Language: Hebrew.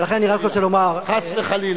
לכן אני רק רוצה לומר, חס וחלילה.